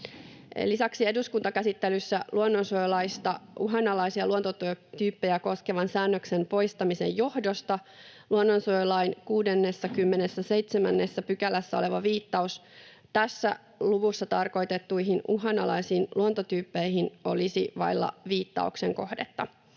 Lisäksi eduskuntakäsittelyssä luonnonsuojelulaista uhanalaisia luontotyyppejä koskevan säännöksen poistamisen johdosta luonnonsuojelulain 67 §:ssä oleva viittaus tässä luvussa tarkoitettuihin uhanalaisiin luontotyyppeihin olisi vailla viittauksen kohdetta.